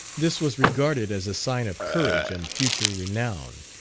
this was regarded as a sign of courage and future renown,